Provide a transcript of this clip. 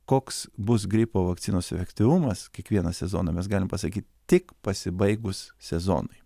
koks bus gripo vakcinos efektyvumas kiekvieną sezoną mes galim pasakyt tik pasibaigus sezonui